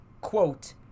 quote